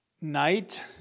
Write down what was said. night